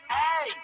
hey